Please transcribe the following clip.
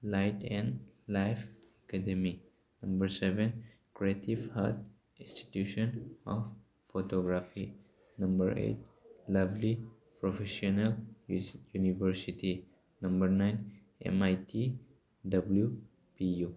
light and life academy number seven creative hut institution of photography number eight lovely professional university number nine M I T W P U